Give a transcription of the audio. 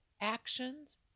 actions